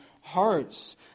hearts